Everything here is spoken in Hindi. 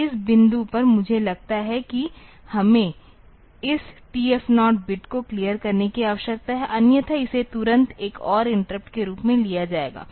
तो इस बिंदु पर मुझे लगता है कि हमें इस TF0 बिट को क्लियर करने की आवश्यकता है अन्यथा इसे तुरंत एक और इंटरप्ट के रूप में लिया जाएगा